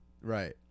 Right